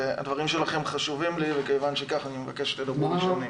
הדברים שלכם חשובים לי וכיוון שכך אני מבקש שתדברו ראשונים.